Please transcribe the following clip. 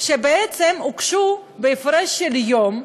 שהוגשו בהפרש של יום.